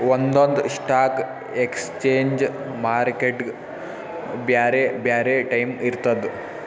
ಒಂದೊಂದ್ stock exchange ಮಾರ್ಕೆಟ್ಗ್ ಬ್ಯಾರೆ ಬ್ಯಾರೆ ಟೈಮ್ ಇರ್ತದ್